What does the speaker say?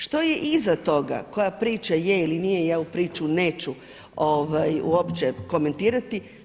Što je iza toga, koja priča je ili nije, ja u priču neću opće komentirati.